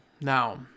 Now